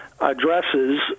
addresses